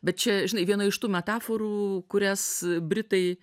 bet čia žinai viena iš tų metaforų kurias britai